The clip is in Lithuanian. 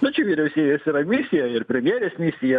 na čia vyriausybės yra misija ir premjerės misija